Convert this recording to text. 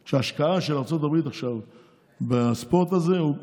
ההשקעה של ארצות הברית עכשיו בספורט הזה היא פחותה.